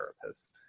therapist